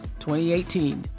2018